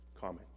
comment